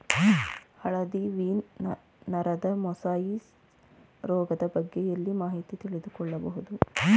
ಹಳದಿ ವೀನ್ ನರದ ಮೊಸಾಯಿಸ್ ರೋಗದ ಬಗ್ಗೆ ಎಲ್ಲಿ ಮಾಹಿತಿ ತಿಳಿದು ಕೊಳ್ಳಬಹುದು?